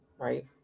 right